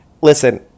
listen